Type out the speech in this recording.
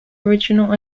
original